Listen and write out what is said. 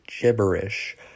gibberish